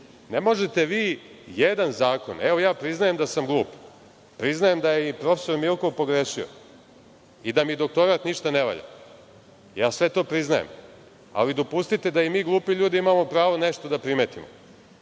o državnoj upravi. Evo, priznajem da sam glup, priznajem da je i profesor Milko pogrešio i da mi doktorat ništa ne valja, ja sve to priznajem, ali dopustite da i mi glupu ljudi imamo pravo nešto da primetimo.